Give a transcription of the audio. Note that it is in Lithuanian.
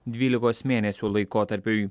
dvylikos mėnesių laikotarpiui